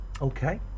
Okay